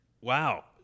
Wow